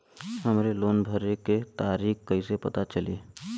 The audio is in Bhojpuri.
हमरे लोन भरे के तारीख कईसे पता चली?